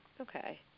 Okay